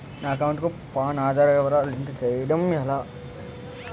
నా అకౌంట్ కు పాన్, ఆధార్ వివరాలు లింక్ చేయటం ఎలా?